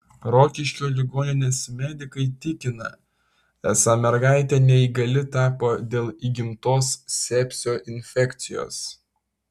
rokiškio ligoninės medikai tikina esą mergaitė neįgali tapo dėl įgimtos sepsio infekcijos